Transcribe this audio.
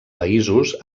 països